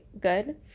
good